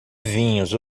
vinhos